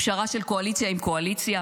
פשרה של קואליציה עם קואליציה,